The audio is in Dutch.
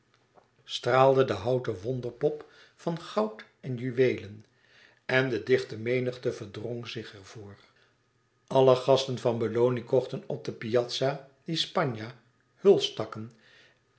straalde de houten wonderpop van goud en juweelen en de dichte menigte verdrong zich er voor alle gasten van belloni kochten op de piazza di spagna